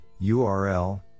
URL